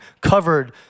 covered